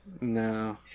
No